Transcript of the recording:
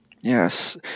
Yes